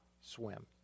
swim